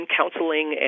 counseling